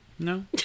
No